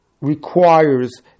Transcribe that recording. requires